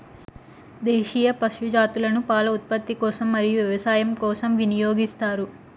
దేశీయ పశు జాతులను పాల ఉత్పత్తి కోసం మరియు వ్యవసాయ పనుల కోసం వినియోగిస్తారు